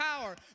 power